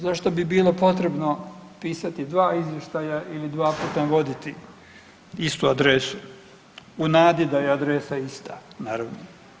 Zašto bi bilo potrebno pisati dva izvještaja ili dva puta navoditi istu adresu u nadi da je adresa ista, naravno?